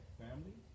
family